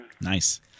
Nice